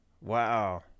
wow